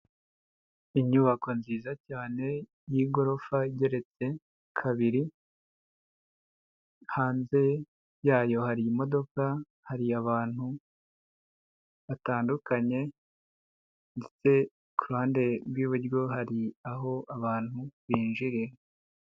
Inyubako nziza cyane y'igorofa igeretse kabiri, hanze yayo hari imodoka, hari abantu batandukanye ndetse ku ruhande rw'iburyo hari aho abantu binjirira.